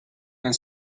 and